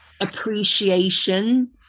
appreciation